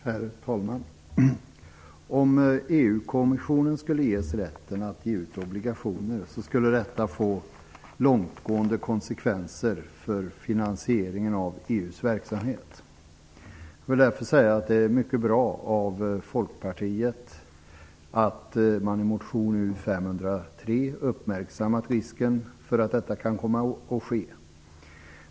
Herr talman! Om EU-kommissionen skulle ges rätten att ge ut obligationer skulle detta få långtgående konsekvenser för finansieringen av EU:s verksamhet. Det är därför mycket bra att Folkpartiet i motion U503 har uppmärksammat risken för att detta kan komma att ske.